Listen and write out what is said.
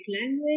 language